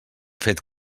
fet